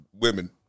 women